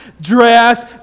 dress